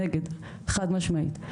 נגד חד משמעית,